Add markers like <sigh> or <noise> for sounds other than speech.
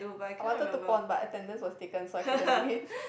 I wanted to pon but attendance was taken so I couldn't do it <noise>